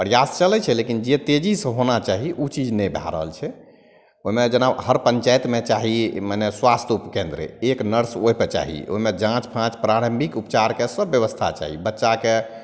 प्रयास चलै छै लेकिन जे तेजीसे होना चाही ओ चीज नहि भए रहल छै ओहिमे जेना हर पञ्चाइतमे चाही ई मने स्वास्थ उपकेन्द्र एक नर्स होइके चाही ओहिमे जाँच फाँच प्रारम्भिक उपचारके सब बेबस्था चाही बच्चाकेँ